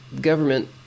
government